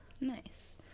Nice